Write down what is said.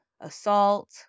assault